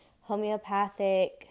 homeopathic